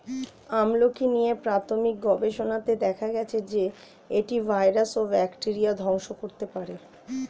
আমলকী নিয়ে প্রাথমিক গবেষণাতে দেখা গেছে যে, এটি ভাইরাস ও ব্যাকটেরিয়া ধ্বংস করতে পারে